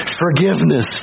Forgiveness